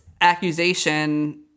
accusation